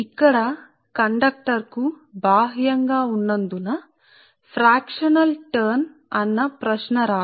ఇక్కడ కండక్టర్కు బాహ్యం గా ఉన్నందున పాక్షిక మైన మార్పు అన్న ప్రశ్న రాదు